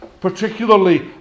particularly